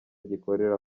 gikorera